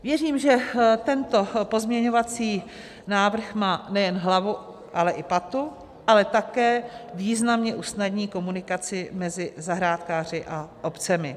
Věřím, že tento pozměňovací návrh má nejen hlavu, ale i patu, ale také významně usnadní komunikaci mezi zahrádkáři a obcemi.